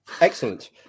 Excellent